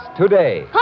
today